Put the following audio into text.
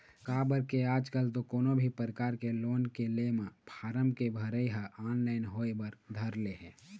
काबर के आजकल तो कोनो भी परकार के लोन के ले म फारम के भरई ह ऑनलाइन होय बर धर ले हे